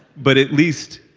but at least,